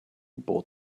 bought